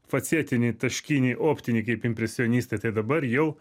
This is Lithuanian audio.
facietinį taškinį optinį kaip impresionistai tai dabar jau